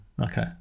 Okay